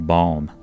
Balm